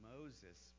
Moses